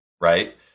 right